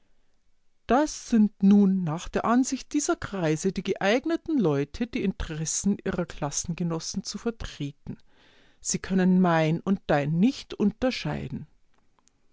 das sind nun nach der ansicht dieser kreise die geeigneten leute die interessen ihrer klassengenossen zu vertreten sie können mein und dein nicht unterscheiden